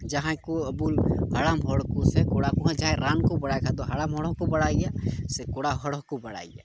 ᱡᱟᱦᱟᱸᱭ ᱠᱚ ᱟᱹᱵᱩ ᱦᱟᱲᱟᱢ ᱦᱚᱲ ᱠᱚ ᱥᱮ ᱠᱚᱲᱟ ᱦᱚᱯᱚᱱ ᱠᱚ ᱡᱟᱦᱟᱸᱭ ᱨᱟᱱ ᱠᱚ ᱠᱷᱟᱱ ᱫᱚ ᱦᱟᱲᱟᱢ ᱦᱚᱲ ᱦᱚᱸᱠᱚ ᱵᱟᱲᱟᱭ ᱜᱮᱭᱟ ᱥᱮ ᱠᱚᱲᱟ ᱦᱚᱲ ᱦᱚᱸᱠᱚ ᱵᱟᱲᱟᱭ ᱜᱮᱭᱟ